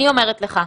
אני אומרת לך,